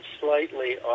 slightly